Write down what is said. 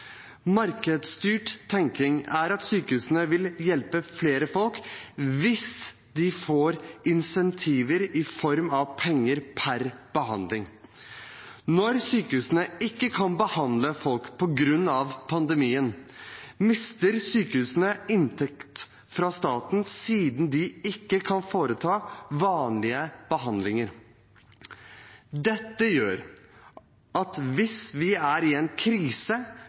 Markedsstyrt tenkning er at sykehusene vil hjelpe flere hvis de får insentiver i form av penger per behandling. Når sykehusene ikke kan behandle folk på grunn av pandemien, mister sykehusene inntekt fra staten, siden de ikke kan foreta vanlige behandlinger. Dette gjør at hvis vi er i en krise,